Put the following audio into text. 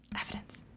Evidence